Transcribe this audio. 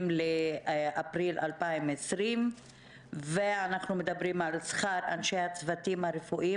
20 באפריל 2020. אנחנו מדברים על שכר אנשי הצוותים הרפואיים,